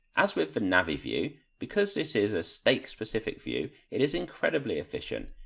as with the navi view, because this is a stake specific view it is incredibly efficient.